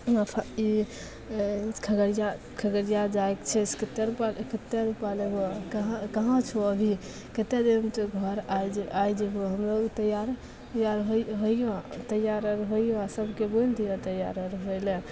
हमरा खातिर ई खगड़िया खगड़िया जाइके छै से कतेक रुपा कतेक रुपा लेबहो कहाँ कहाँ छहो अभी कतेक देरमे तू घर आइ आइ जेबहो हमलोक तैआर तैआर होइ होइअऽ तैआर आर होइअऽ सभके बोलि दिअऽ तैआर आर होइले